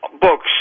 Books